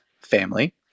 family